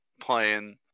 playing